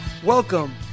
Welcome